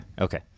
Okay